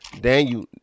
daniel